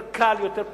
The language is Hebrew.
יותר קל, יותר פשוט.